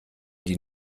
die